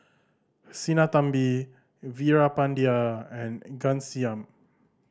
Sinnathamby Veerapandiya and Ghanshyam